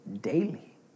daily